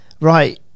Right